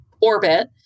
orbit